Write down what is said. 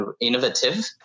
innovative